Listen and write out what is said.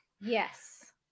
Yes